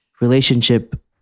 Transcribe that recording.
Relationship